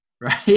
right